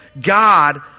God